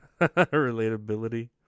relatability